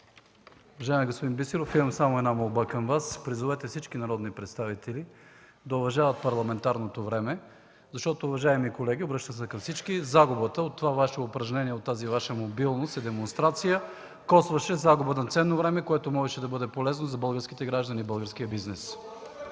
Уважаеми господин Бисеров, имам само една молба към Вас – призовете всички народни представители да уважават парламентарното време. Уважаеми колеги – обръщам се към всички, загубата от това Ваше упражнение, от тази Ваша мобилност и демонстрация костваше загуба на ценно време, което можеше да бъде полезно за българските граждани и българския бизнес.